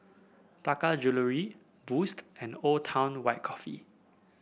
Taka Jewelry Boost and Old Town White Coffee